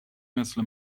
مثل